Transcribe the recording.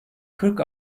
kırk